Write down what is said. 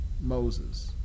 Moses